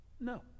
No